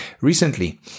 Recently